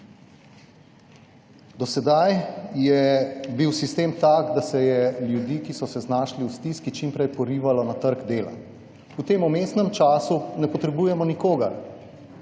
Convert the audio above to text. Do sedaj je bil sistem tak, da se je ljudi, ki so se znašli v stiski, čim prej porivalo na trg dela. V tem vmesnem času ne potrebujemo nikogar.